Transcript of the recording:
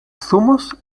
zumos